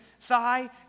thigh